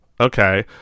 Okay